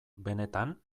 benetan